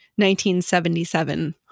1977